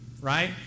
right